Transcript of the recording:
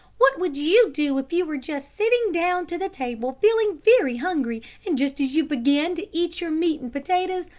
what would you do if you were just sitting down to the table feeling very hungry, and just as you began to eat your meat and potatoes,